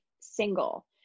single